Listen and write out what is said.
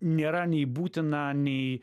nėra nei būtina nei